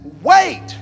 wait